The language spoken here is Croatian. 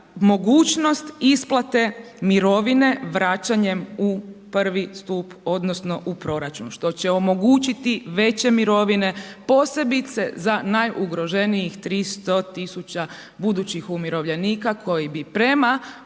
mogućnost isplate mirovine vraćanjem u prvi stup odnosno u proračun, što će omogućiti veće mirovine posebice za najugroženijih 300 tisuća budućih umirovljenika koji bi prema